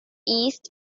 east